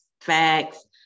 Facts